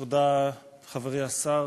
תודה, חברי השר,